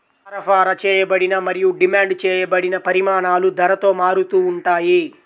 సరఫరా చేయబడిన మరియు డిమాండ్ చేయబడిన పరిమాణాలు ధరతో మారుతూ ఉంటాయి